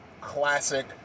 classic